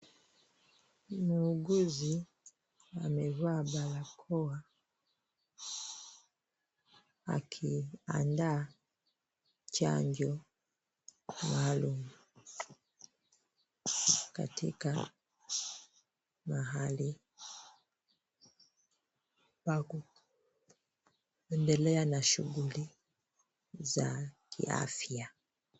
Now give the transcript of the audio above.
Muuguzi amevaa barakoa akiandaa chanjo maalum katika mahali pa kuendelea na shughuli za kiafya.